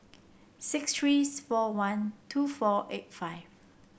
six three four one two four eight five